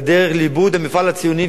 בדרך לאיבוד המפעל הציוני,